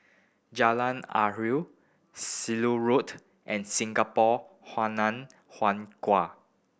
Jalan Harum Ceylon Road and Singapore Hainan Hwee Kuan